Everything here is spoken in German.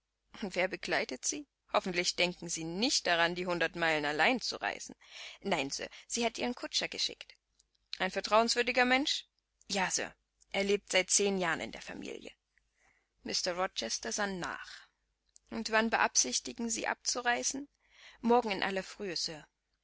wer begleitet sie hoffentlich denken sie nicht daran die hundert meilen allein zu reisen nein sir sie hat ihren kutscher geschickt ein vertrauenswürdiger mensch ja sir er lebt seit zehn jahren in der familie mr rochester sann nach und wann beabsichtigen sie abzureisen morgen in aller frühe